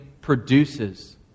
produces